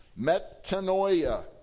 Metanoia